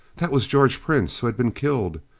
that was george prince who had been killed.